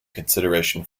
consideration